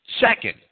Second